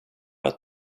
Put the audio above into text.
att